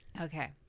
okay